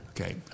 Okay